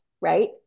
right